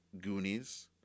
Goonies